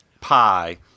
pie